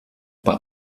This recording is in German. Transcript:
bei